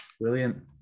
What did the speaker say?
brilliant